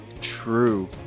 True